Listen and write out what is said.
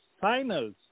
finals